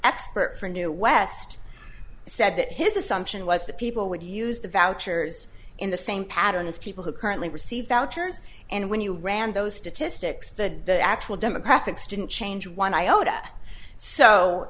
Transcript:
expert for new west he said that his assumption was that people would use the vouchers in the same pattern as people who currently receive vouchers and when you ran those statistics the actual demographics didn't change one iota so